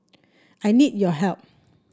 I need your help